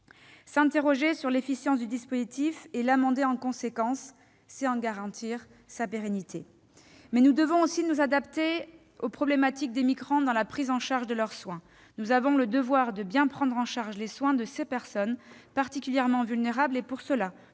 S'interroger sur l'efficience du dispositif, et l'amender en conséquence, c'est en garantir la pérennité. Mais nous devons aussi nous adapter aux problématiques particulières des migrants. Nous avons le devoir de bien prendre en charge les soins de ces personnes particulièrement vulnérables. Pour cela,